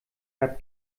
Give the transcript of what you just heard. gab